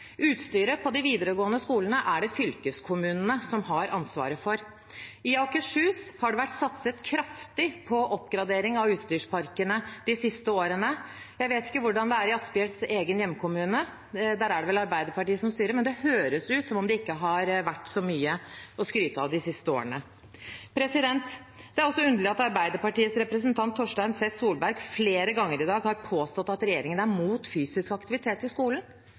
Utstyret på de videregående skolene er det fylkeskommunene som har ansvaret for. I Akershus har det vært satset kraftig på oppgradering av utstyrsparkene de siste årene. Jeg vet ikke hvordan det er i Asphjells egen hjemkommune – der er det vel Arbeiderpartiet som styrer, men det høres ut som om det ikke har vært så mye å skryte av de siste årene. Det er også underlig at Arbeiderpartiets representant Torstein Tvedt Solberg flere ganger i dag har påstått at regjeringen er imot fysisk aktivitet i skolen.